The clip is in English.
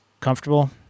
comfortable